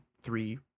three